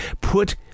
Put